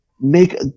make